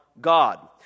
God